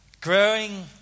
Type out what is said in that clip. growing